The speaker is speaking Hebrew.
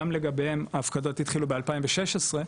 גם לגביהם ההפקדות התחילו ב- 2016,